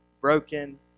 broken